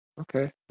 okay